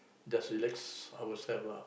just relax ourselves lah